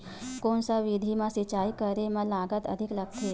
कोन सा विधि म सिंचाई करे म लागत अधिक लगथे?